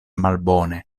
malbone